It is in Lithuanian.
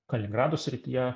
kaliningrado srityje